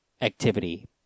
activity